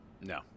no